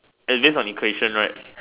it's based on equation right